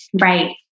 right